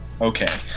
Okay